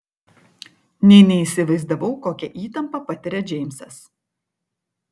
nė neįsivaizdavau kokią įtampą patiria džeimsas